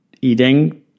eating